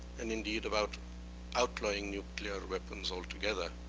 and indeed, about outlying nuclear weapons altogether.